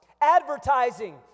advertising